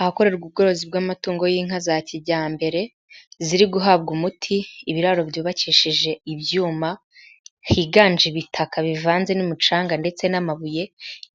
Ahakorerwa ubworozi bw'amatungo y'inka za kijyambere, ziri guhabwa umuti, ibiraro byubakishije ibyuma, higanje ibitaka bivanze n'umucanga ndetse n'amabuye,